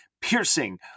piercing